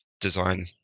design